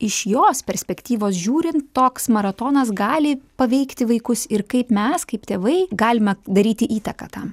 iš jos perspektyvos žiūrint toks maratonas gali paveikti vaikus ir kaip mes kaip tėvai galime daryti įtaką